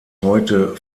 heute